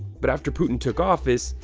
but after putin took office,